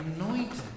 anointed